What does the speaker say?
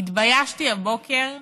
התביישתי הבוקר בדיון.